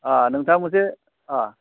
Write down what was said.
अ नोंथाङा मोनसे अ